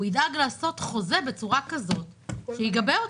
הוא ידאג לעשות חוזה בצורה כזאת שיגבה אותו.